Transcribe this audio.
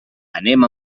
anem